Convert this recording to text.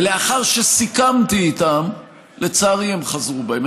ולאחר שסיכמתי איתם לצערי הם חזרו בהם,